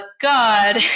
God